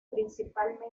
principalmente